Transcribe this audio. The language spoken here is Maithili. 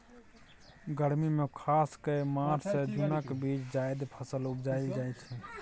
गर्मी मे खास कए मार्च सँ जुनक बीच जाएद फसल उपजाएल जाइ छै